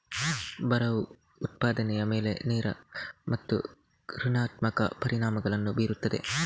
ಬರವು ಉತ್ಪಾದನೆಯ ಮೇಲೆ ನೇರ ಮತ್ತು ಋಣಾತ್ಮಕ ಪರಿಣಾಮಗಳನ್ನು ಬೀರುತ್ತದೆ